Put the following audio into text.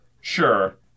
sure